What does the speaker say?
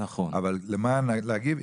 אבל למען להגיב,